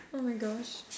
oh my gosh